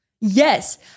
Yes